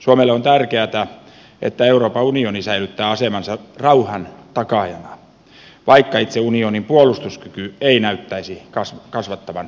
suomelle on tärkeätä että euroopan unioni säilyttää asemansa rauhan takaajana vaikka itse unionin puolustuskyky ei näyttäisi kasvattavan merkitystään